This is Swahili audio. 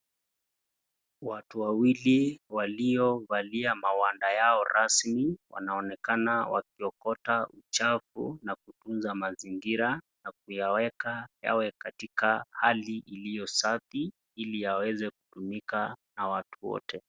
Watu wawili waliovalia mawanda yao rasmi, wanaonekana wakiokota uchafu, na kutunza mazingira, na kuyaweka yawe katika hali ya iliyosafi iliyaweze kutumika na watu wote.